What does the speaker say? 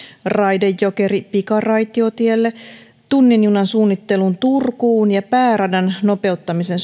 raide jokeri pikaraitiotielle tunnin junan suunnitteluun turkuun ja aloitusraha pääradan nopeuttamisen